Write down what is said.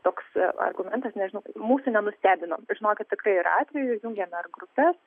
toks argumentas nežinau mūsų nenustebino žinokit tikrai yra atvejų jungiam ir grupes